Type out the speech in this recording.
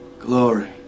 Glory